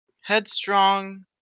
headstrong